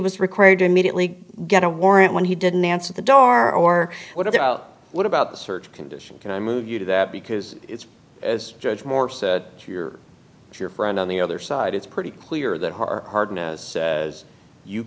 was required to immediately get a warrant when he didn't answer the door or what about what about the search conditions and i move you to that because it's as judge moore said you're your friend on the other side it's pretty clear that her hardness as you